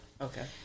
Okay